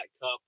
cup